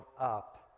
up